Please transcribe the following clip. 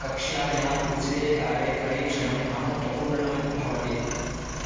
कक्ष्यायाम् उचिते काले परीक्षणं महत्त्वपूर्णं भवति